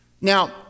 Now